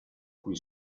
cui